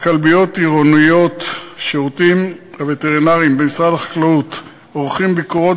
בכלביות עירוניות השירותים הווטרינריים במשרד החקלאות עורכים ביקורות